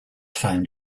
found